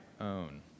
own